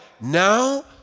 now